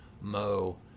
Mo